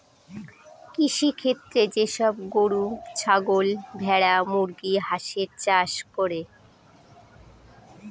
কৃষিক্ষেত্রে যে সব গরু, ছাগল, ভেড়া, মুরগি, হাঁসের চাষ করে